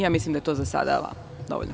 Ja mislim da je to za sada dovoljno.